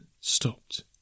stopped